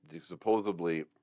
Supposedly